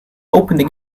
opened